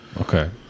Okay